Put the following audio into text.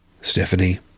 Stephanie